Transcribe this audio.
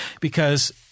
because-